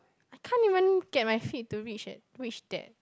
I can't even get my feet to reach at reach that